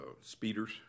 speeders